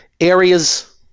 Areas